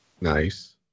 Nice